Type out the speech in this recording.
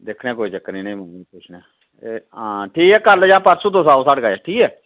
दिक्खने आं कोई चक्कर निं पुच्छने आं इ'नें गी ते हां ठीक ऐ कल्ल जां परसूं आओ साढ़े कश